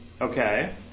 Okay